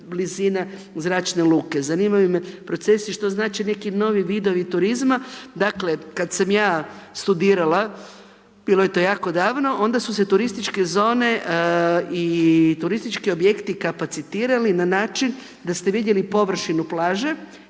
blizina zračne ruke. Zanimaju me procesi što znače neki novi vidovi turizma. Dakle kada sam ja studirala bilo je to jako davno onda su se turističke zone i turistički objekti kapacitirali na način da ste vidjeli površinu plaže,